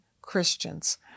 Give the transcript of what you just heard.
Christians